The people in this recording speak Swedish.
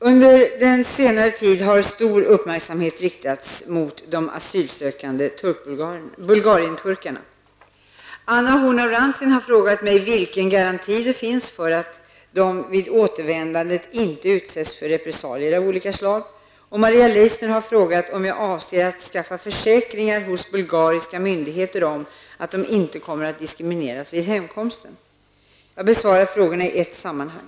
Stockholms Central den 22 november framkom många obesvarade frågor, som både svenskar och Vilken garanti finns för denna grupp att de vid återvändandet ej utsätts för repressalier av olika slag?